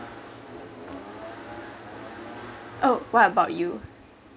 oh what about you